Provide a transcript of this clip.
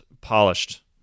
polished